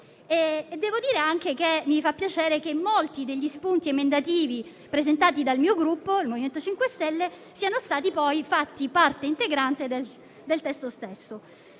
Aggiungo anche che mi fa piacere che molti degli spunti emendativi presentati dal mio Gruppo, il MoVimento 5 Stelle, siano poi diventati parte integrante del testo stesso,